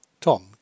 Tom